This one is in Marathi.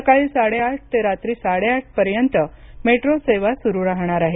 सकाळी साडेआठ ते रात्री साडेआठपर्यंत मेट्रो सेवा सुरु राहणार आहे